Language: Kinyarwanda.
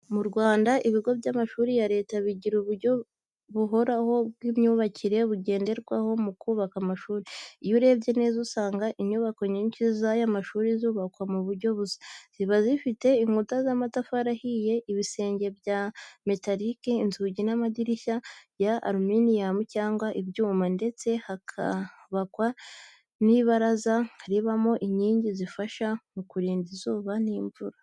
Mu Rwanda, ibigo by’amashuri ya Leta bigira uburyo buhoraho bw’imyubakire bugenderwaho mu kubaka amashuri. Iyo urebye neza usanga inyubako nyinshi z’aya mashuri zubakwa mu buryo busa. Ziba zifite inkuta z’amatafari ahiye, ibisenge bya metarike, inzugi n’amadirishya ya aluminiyumu cyangwa ibyuma, ndetse hakubakwa n’ibaraza ribamo inkingi zifasha mu kurinda izuba n’imvura.